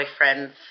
boyfriends